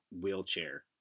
wheelchair